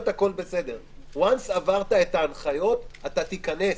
ברגע שעברת את ההנחיות, אתה תיכנס.